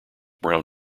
brown